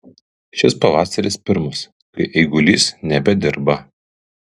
šis pavasaris pirmas kai eigulys nebedirba